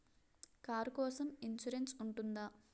Car కోసం insurance ఉంటుందా?